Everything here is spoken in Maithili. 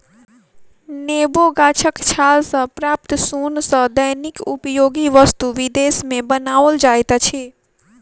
नेबो गाछक छाल सॅ प्राप्त सोन सॅ दैनिक उपयोगी वस्तु विदेश मे बनाओल जाइत अछि